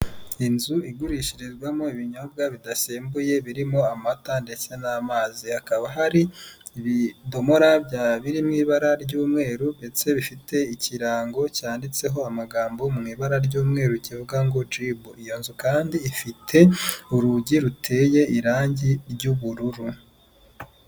Inzu igurishirizwamo ibinyobwa bidasembuye birimo amata ndetse n'amazi, hakaba hari ibidomora biri mu ibara ry'umweru ndetse bifite ikirango cyanditseho amagambo mu ibara ry'umweru kivuga ngo gibu, iyo nzu kandi ifite urugi ruteye irangi ry'ubururu.